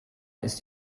ist